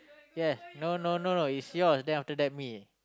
yes no no no no it's yours then after that me